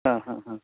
हां हां हां